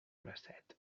bracet